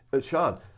Sean